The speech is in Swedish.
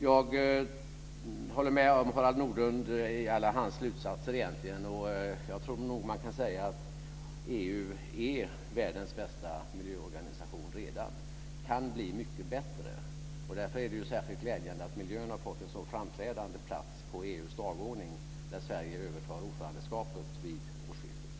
Jag instämmer i alla Harald Nordlunds slutsatser. Jag tror nog att man kan säga att EU redan är världens bästa miljöorganisation, men EU kan bli mycket bättre. Därför är det särskilt glädjande att miljön har fått ett så framträdande plats på EU:s dagordning när Sverige övertar ordförandeskapet vid årsskiftet.